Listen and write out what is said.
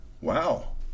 Wow